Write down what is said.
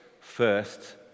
First